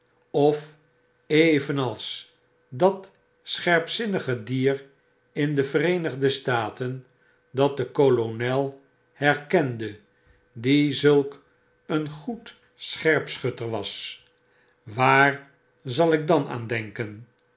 evenals dat scherpzinnige dier in de vereenigde staten dat den kolonel herkende die zulk een goed scherpschutter was waar zal ik dan aan denken